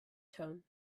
tone